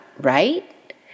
right